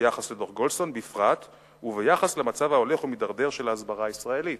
ביחס לדוח-גולדסטון בפרט וביחס למצב ההולך ומידרדר של ההסברה הישראלית.